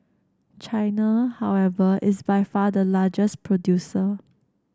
China however is by far the largest producer